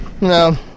No